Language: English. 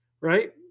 right